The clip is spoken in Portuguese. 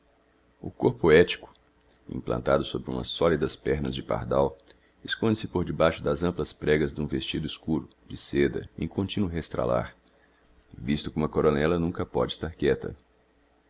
o corpo ético implantado sobre umas sólidas pernas de pardal esconde-se por debaixo das amplas pregas d'um vestido escuro de seda em continuo restralar visto como a coronela nunca póde estar quiéta